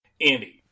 Andy